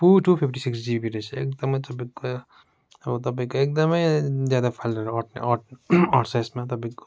two two fifty six GB रहेछ एकदमै तपाईँको अब तपाईँको एकदमै ज्यादा फाइलहरू आँट्छ यसमा तपाईँको